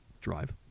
Drive